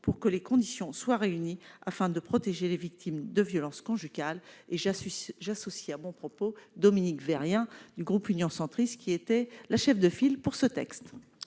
pour que les conditions soient réunies afin de protéger les victimes de violences conjugales et j'assume, j'associe à mon propos, Dominique rien du groupe Union centriste qui était la chef de file pour ce texte.